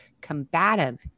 combative